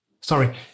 sorry